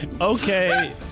okay